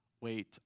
wait